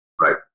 right